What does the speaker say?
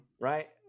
right